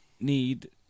Need